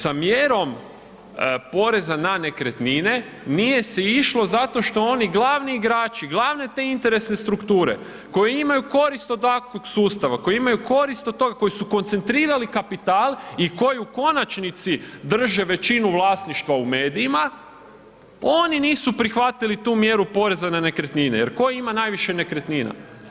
Sa mjerom poreza na nekretnine nije se išlo zato što oni glavni igrači, glavne te interesne strukture koje imaju korist od takvog sustava, koje imaju korist od toga, koji su koncentrirali kapital i koji u konačnici drže većinu vlasništva u medijima, oni nisu prihvatili tu mjeru poreza na nekretnine jer tko ima najviše nekretnina?